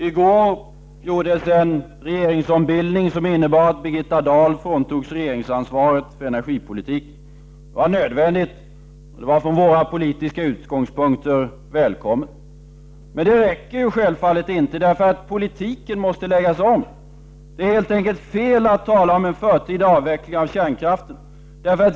I går gjordes en regeringsombildning, som innebar att Birgitta Dahl fråntogs regeringsansvaret för energipolitiken. Det var nödvändigt, och det var från våra politiska utgångspunkter välkommet. Men det räcker självfallet inte. Politiken måste läggas om. Det är helt enkelt fel att tala om en förtida avveckling av kärnkraften.